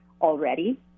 already